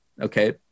Okay